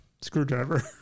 Screwdriver